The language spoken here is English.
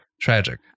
tragic